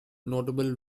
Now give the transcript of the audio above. notable